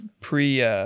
pre